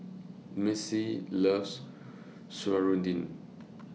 Missy loves Serunding